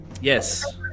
Yes